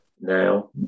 Now